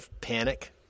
panic